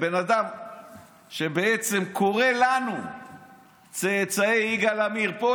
בן אדם שבעצם קורא לנו צאצאי יגאל עמיר האידיאולוגיים,